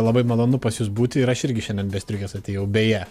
labai malonu pas jus būti ir aš irgi šiandien be striukės atėjau beje